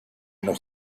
nos